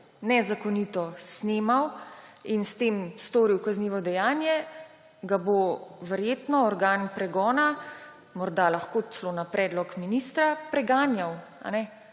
nezakonito snemal in s tem storil kaznivo dejanje, ga bo verjetno organ pregona, morda lahko celo na predlog ministra, preganjal. Ampak